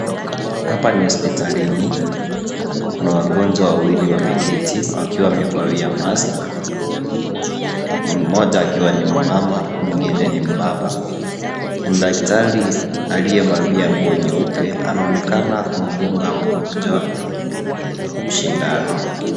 Hapa ni hospitalini kuna wagonjwa wawili wameketi wakiwa wamevalia maski, mmoja akiwa ni mmama na mwingine ni mbaba na daktari aliyevalia nguo nyeupe anaonekana kumdunga mgonjwa sindano.